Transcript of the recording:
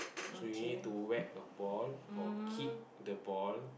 so you need to whack a ball or kick the ball